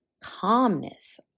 calmness